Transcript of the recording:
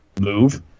move